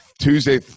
Tuesday